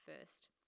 first